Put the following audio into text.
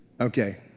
Okay